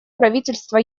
правительства